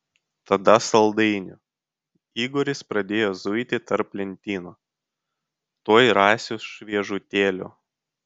tada saldainių igoris pradėjo zuiti tarp lentynų tuoj rasiu šviežutėlių